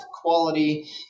quality